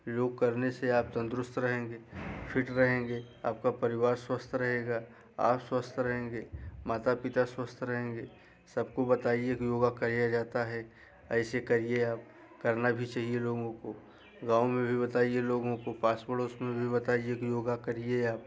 योग करने से आप तंदरुस्त रहेंगे फिट रहेंगे आपका परिवार स्वस्थ रहेगा आप स्वस्थ रहेंगे माता पिता स्वस्थ रहेंगे सबको बताएं कि योग किया जाता है ऐसे कीजिए आप करना भी चाहिए लोगों को गाँव में भी बताएं लोगों को पास पड़ोस में भी बताएं कि योग करें आप